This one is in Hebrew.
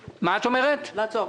לעצור.